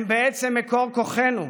הם, בעצם, מקור כוחנו.